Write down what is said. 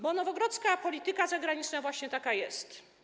Bo nowogrodzka polityka zagraniczna właśnie taka jest.